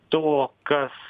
to kas